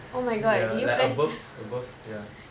ya like above above ya